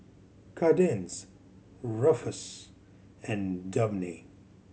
Kadence Ruffus and Dabney